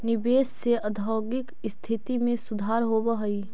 निवेश से औद्योगिक स्थिति में सुधार होवऽ हई